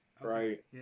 Right